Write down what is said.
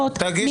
הסתייגות.